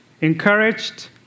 encouraged